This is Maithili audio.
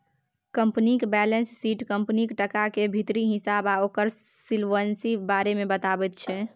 कंपनीक बैलेंस शीट कंपनीक टका केर भीतरी हिसाब आ ओकर सोलवेंसी बारे मे बताबैत छै